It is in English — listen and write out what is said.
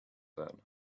then